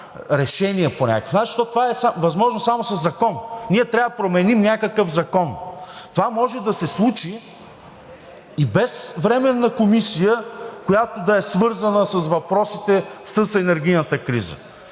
решение по някакъв начин, защото това е възможно само със закон, ние трябва да променим някакъв закон. Това може да се случи и без Временна комисия, която да е свързана с въпросите с енергийната криза.